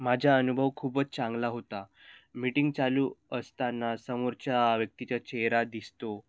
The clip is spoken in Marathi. माझा अनुभव खूपच चांगला होता मीटिंग चालू असताना समोरच्या व्यक्तीचा चेहरा दिसतो